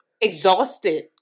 exhausted